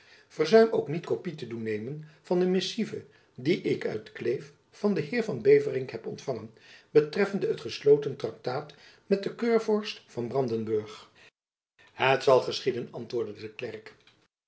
ook niet kopy te te doen nemen van de missieve die ik uit kleef van den heer van beverningk heb ontfangen betreffende het gesloten traktaat met den keurvorst van brandenburg het zal geschieden antwoordde de